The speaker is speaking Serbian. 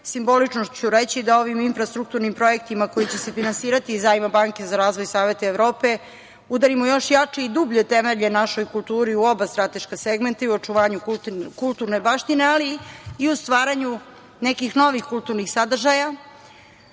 Simbolično ću reći da ovim infrastrukturnim projektima kojima će se finansirati iz zajma Banke za razvoj Sveta Evrope udarimo još jači i dublje temelje našoj kulturi u oba strateška segmenta i u očuvanju kulturne baštine ali i u stvaranju nekih novih kulturnih sadržaja. Ne